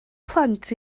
plant